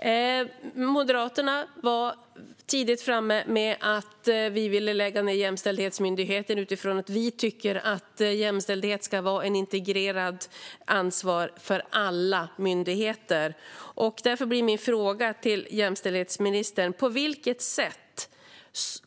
Vi moderater var tidigt framme med att vi ville lägga ned Jämställdhetsmyndigheten. Vi tycker att jämställdhet ska vara ett integrerat ansvar för alla myndigheter. Därför blir min fråga till jämställdhetsministern: På vilket sätt